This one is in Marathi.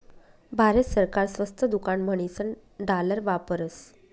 भारत सरकार स्वस्त दुकान म्हणीसन डालर वापरस